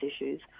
issues